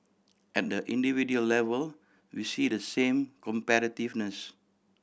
and individual level we see the same competitiveness